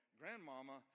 grandmama